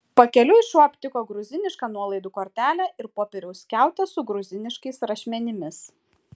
pakeliui šuo aptiko gruzinišką nuolaidų kortelę ir popieriaus skiautę su gruziniškais rašmenimis